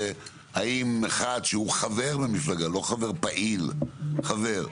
האם אחד שהוא חבר במפלגה לא חבר פעיל חבר,